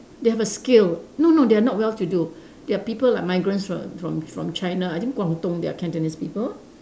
they have a skill no no they are not well to do they are people like migrants from from from China I think Guangdong they are Cantonese people